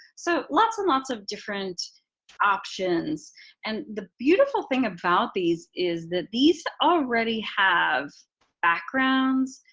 so, lots and lots of different options and the beautiful thing about these is that these already have backgrounds.